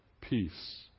peace